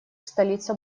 столица